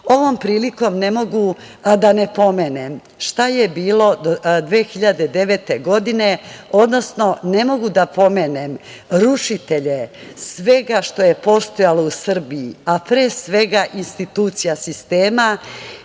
prilikom ne mogu a da ne pomenem šta je bilo do 2009. godine, odnosno ne mogu ada ne pomenem rušitelje svega što je postojalo u Srbiji, a pre svega institucija sistema,